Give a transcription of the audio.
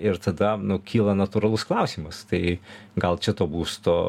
ir tada nu kyla natūralus klausimas tai gal čia to būsto